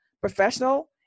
professional